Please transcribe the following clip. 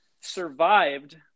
survived